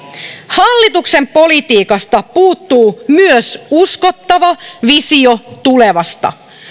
hallituksen politiikasta puuttuu myös uskottava visio tulevasta